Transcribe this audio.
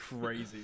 crazy